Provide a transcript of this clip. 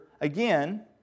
again